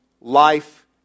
life